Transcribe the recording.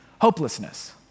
hopelessness